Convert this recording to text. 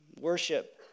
Worship